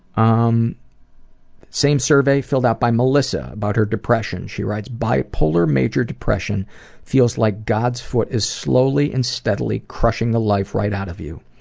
um same survey filled out by melissa. about her depression she writes bipolar major depression feels like god's foot is slowly and steadily crushing the life right out of you.